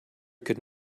could